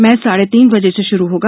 match साढ़े तीन बजे से शुरु होगा